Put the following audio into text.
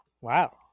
Wow